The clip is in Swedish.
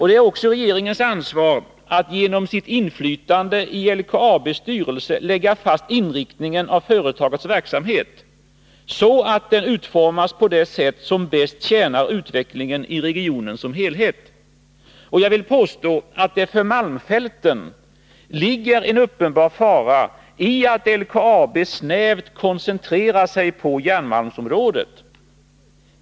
Det är också regeringens ansvar att genom sitt inflytande i LKAB:s styrelse lägga fast inriktningen av företagets verksamhet, så att den utformas på det sätt som bäst tjänar utvecklingen i regionen som helhet. Och jag vill påstå att det för malmfälten ligger en uppenbar fara i att LKAB snävt koncentrerar sig på järnmalmsområdet.